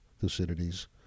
Thucydides